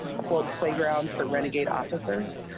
quote playground for renegade officers.